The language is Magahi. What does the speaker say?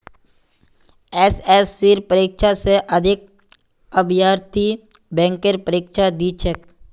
एसएससीर परीक्षा स अधिक अभ्यर्थी बैंकेर परीक्षा दी छेक